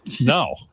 no